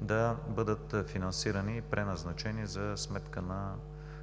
да бъдат финансирани и преназначени за сметка на